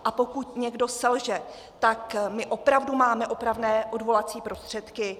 A pokud někdo selže, tak opravdu máme opravné odvolací prostředky.